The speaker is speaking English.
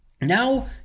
Now